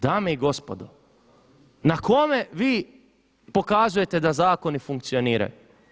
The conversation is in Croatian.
Dame i gospodo, na kome vi pokazujete da zakoni funkcioniraju?